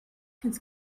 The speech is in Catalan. fins